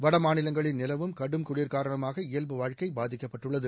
வட மாநிலங்களில் நிலவும் கடும் குளிர் காரணமாக இயல்பு வாழ்க்கை பாதிக்கப்பட்டுள்ளது